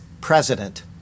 president